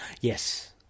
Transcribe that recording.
Yes